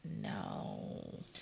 no